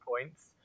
points